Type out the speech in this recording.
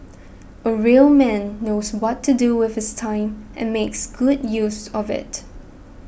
a real man knows what to do with his time and makes good use of it